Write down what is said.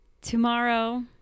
Tomorrow